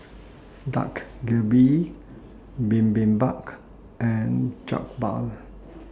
Dak Galbi Bibimbap and Jokbal